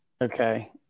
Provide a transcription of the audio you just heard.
Okay